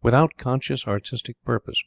without conscious artistic purpose,